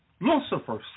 Lucifer